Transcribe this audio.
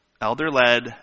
Elder-led